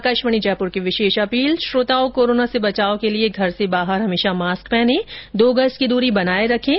और अब आकाशवाणी जयपुर की विशेष अपील श्रोताओं कोरोना से बचाव के लिए घर से बाहर हमेशा मास्क पहने और दो गज की दूरी बनाए रखें